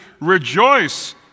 rejoice